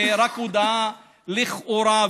ורק הודעה לכאורה,